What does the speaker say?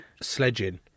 sledging